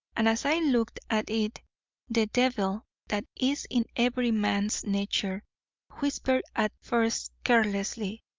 and as i looked at it the devil that is in every man's nature whispered at first carelessly,